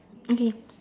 okay